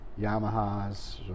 Yamahas